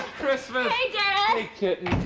christmas! hey dad. hey, kitten.